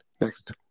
next